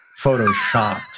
photoshopped